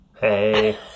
Hey